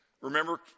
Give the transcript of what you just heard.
Remember